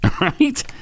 Right